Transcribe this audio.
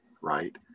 right